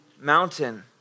mountain